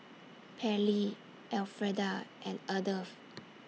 Pairlee Elfreda and Ardeth